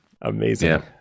Amazing